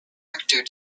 richter